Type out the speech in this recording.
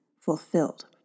fulfilled